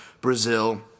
Brazil